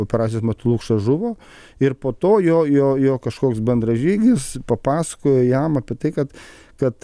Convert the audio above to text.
operacijos metu lukša žuvo ir po to jo jo jo kažkoks bendražygis papasakojo jam apie tai kad kad